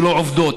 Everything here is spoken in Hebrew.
שלא עובדות.